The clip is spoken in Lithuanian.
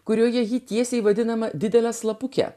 kurioje ji tiesiai vadinama didele slapuke